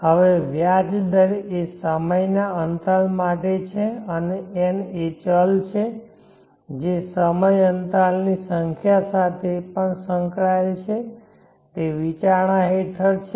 હવે વ્યાજ દર એ સમયના અંતરાલ માટે છે અને n એ ચલ છે જે સમય અંતરાલની સંખ્યા સાથે પણ સંકળાયેલ છે તે વિચારણા હેઠળ છે